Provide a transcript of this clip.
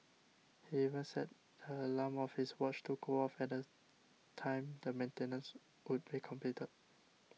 he even set the alarm of his watch to go off at the time the maintenance would be completed